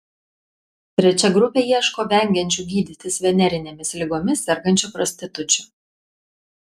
trečia grupė ieško vengiančių gydytis venerinėmis ligomis sergančių prostitučių